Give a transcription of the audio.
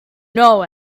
know